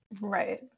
Right